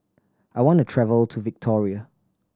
I want to travel to Victoria